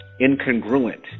incongruent